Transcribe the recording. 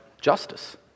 justice